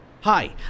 Hi